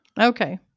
okay